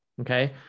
Okay